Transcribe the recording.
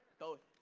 both,